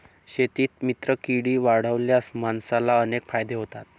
शेतात मित्रकीडी वाढवल्यास माणसाला अनेक फायदे होतात